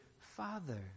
Father